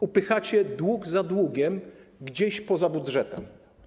Upychacie dług za długiem gdzieś poza budżetem.